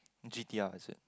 G_T_R is it